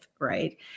Right